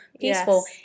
peaceful